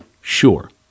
sure